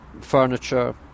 furniture